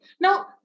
Now